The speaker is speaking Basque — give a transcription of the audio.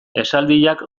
esaldiak